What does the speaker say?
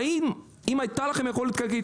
ואם הייתה לכם יכולת כלכלית,